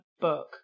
book